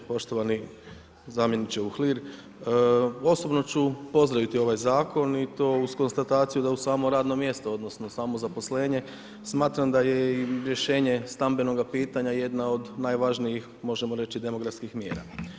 Poštovani zamjeniče Uhlir, osobno ću pozdraviti ovaj zakon i to uz konstataciju da uz samo radno mjesto, odnosno samozaposlenje, smatram da i rješenje stambenoga pitanja jedna od najvažnijih, možemo reći demografskih mjera.